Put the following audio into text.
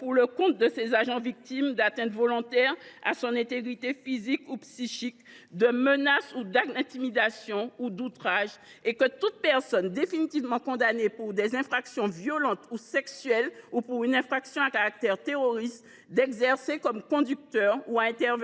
pour le compte de ses agents victimes d’atteinte volontaire à leur intégrité physique ou psychique, de menaces, d’actes d’intimidation ou d’outrage, et que toute personne définitivement condamnée pour des infractions violentes ou sexuelles, ou pour une infraction à caractère terroriste, soit interdite d’exercer comme conducteur ou d’intervenir